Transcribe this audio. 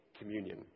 communion